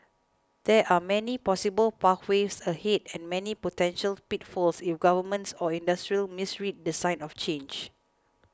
there are many possible pathways ahead and many potential pitfalls if governments or industry misread the signs of change